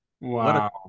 Wow